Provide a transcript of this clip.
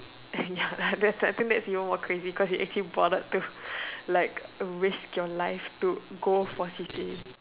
eh ya that's right I think that's even more crazy cause you are actually bother to like risk your life to go for C_C_A